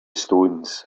stones